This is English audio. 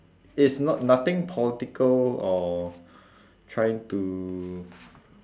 it's not nothing political or trying to